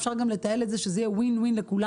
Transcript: אפשר לתעל את זה שזה יהיה גם ווין-ווין לכולם,